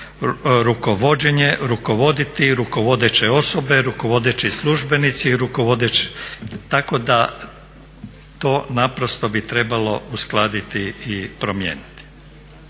rukovoditi, rukovodeće osobe, rukovodeći službenici. Tako da to naprosto bi trebalo uskladiti i promijeniti.